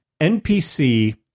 NPC